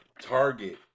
Target